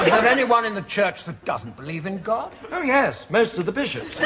there anyone in the church that doesn't believe in god? oh yes, most of the bishops.